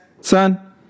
son